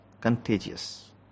contagious